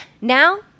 Now